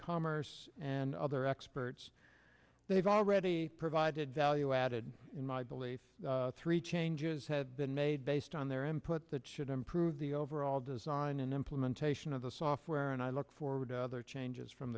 commerce and other experts they've already provided value added in my belief three changes had been made based on their input that should improve the overall design and implementation of the software and i look forward to other changes from